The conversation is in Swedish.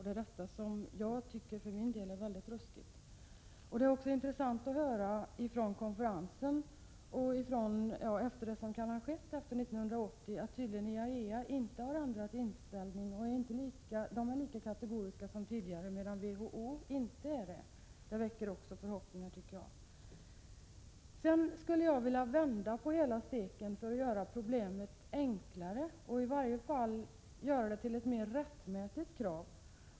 Det är detta man måste varna för och åtgärda. Det är intressant att höra att IAEA tydligen inte har ändrat inställning utan är lika kategoriskt som tidigare, medan WHO inte är det. Det senare väcker . förhoppningar. Jag skulle sedan vilja vända på det hela för att göra problemet enklare ochi — Prot. 1986/87:34 varje fall åstadkomma ett mer rättmätigt krav.